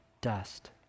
Dust